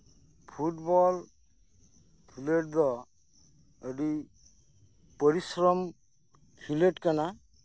football ᱠᱷᱤᱞᱳᱰ ᱫᱚ ᱟᱹᱰᱤ ᱯᱚᱨᱤᱥᱨᱚᱢ ᱠᱷᱤᱞᱳᱰ ᱠᱟᱱᱟ